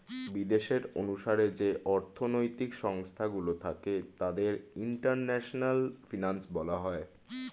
বিদেশের অনুসারে যে অর্থনৈতিক সংস্থা গুলো থাকে তাদের ইন্টারন্যাশনাল ফিনান্স বলা হয়